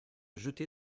jeter